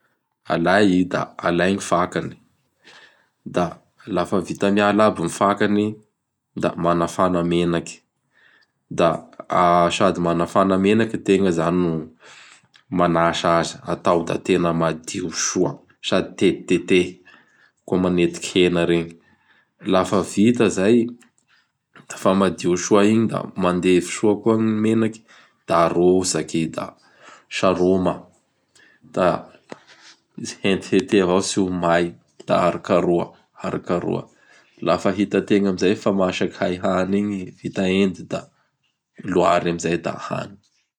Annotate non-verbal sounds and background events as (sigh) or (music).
Alay i da alay ny fakany. (noise) Da lafa vita miala aby gny fakany da manafana menaky; (noise) da a sady manafana menaky ategna izany no (noise) sady azy atao da tena madio soa sady tetitetehy (noise) koa manetiky hena regny. (noise) Lafa vita zay da fa madio soa igny da mandevy soa koa gny menaky! (noise) Da arotsaky i (noise) da saroma, (noise) da (noise) hentihentea avao tsy ho may, da harokaroha, harokaroha. Lafa hitategna amin'izay fa masaky fa hay hany igny, vita hendy da loary amin'izay da hany. (noise)